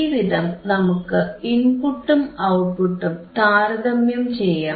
ഈവിധം നമുക്ക് ഇൻപുട്ടും ഔട്ട്പുട്ടും താരതമ്യം ചെയ്യാം